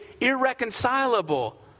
irreconcilable